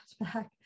back